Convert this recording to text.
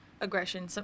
aggression